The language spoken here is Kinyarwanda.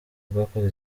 rwakoze